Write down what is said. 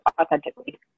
authentically